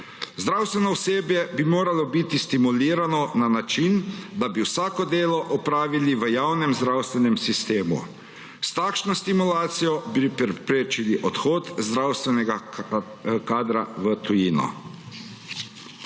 Zdravstveno osebje bi moralo biti stimulirano na način, da bi vsako delo opravili v javnem zdravstvenem sistemu. S takšno stimulacijo bi preprečili odhod zdravstvenega kadra v tujino.